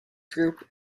group